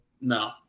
no